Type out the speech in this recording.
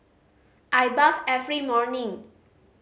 I bathe every morning